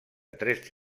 tres